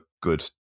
good